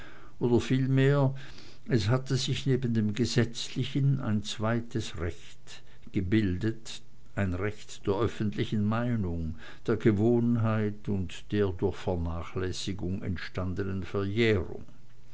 oder vielmehr es hatte sich neben dem gesetzlichen ein zweites recht gebildet ein recht der öffentlichen meinung der gewohnheit und der durch vernachlässigung entstandenen verjährung